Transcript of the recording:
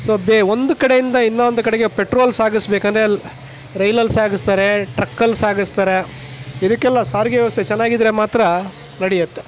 so ಬೆ ಒಂದು ಕಡೆಯಿಂದ ಇನ್ನೊಂದು ಕಡೆಗೆ ಪೆಟ್ರೋಲ್ ಸಾಗಿಸಬೇಕಂದ್ರೆ ರೈಲಲ್ಲಿ ಸಾಗಿಸ್ತಾರೆ ಟ್ರಕ್ಕಲ್ಲಿ ಸಾಗಿಸ್ತಾರೆ ಇದಕ್ಕೆಲ್ಲ ಸಾರಿಗೆ ವ್ಯವಸ್ಥೆ ಚೆನ್ನಾಗಿದ್ದರೆ ಮಾತ್ರ ನಡೆಯುತ್ತೆ